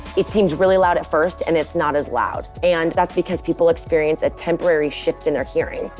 it seemed really loud at first and it's not as loud and that's because people experience a temporary shift in their hearing.